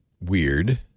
weird